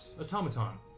automaton